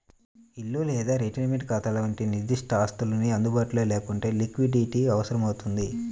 ఇల్లు లేదా రిటైర్మెంట్ ఖాతాల వంటి నిర్దిష్ట ఆస్తులు అందుబాటులో లేకుంటే లిక్విడిటీ అవసరమవుతుంది